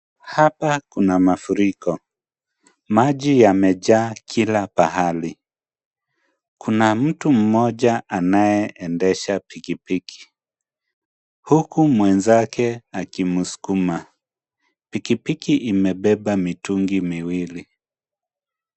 Hapa kuna mafuriko, maji yamejaa kila pahali. Kuna mtu mmoja anayeendesha pikipiki huku mwenzake akimsukuma. Pikipiki imebeba mitungi miwili.